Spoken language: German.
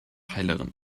heilerin